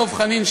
דב חנין,